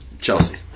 Chelsea